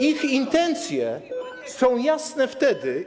Ich intencje są jasne wtedy.